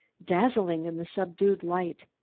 dazzling in the subdued light.